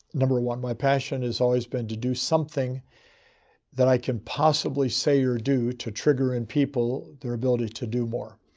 number one. my passion has always been to do something that i can possibly say or do to trigger in people their ability to do more.